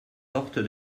porte